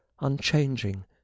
unchanging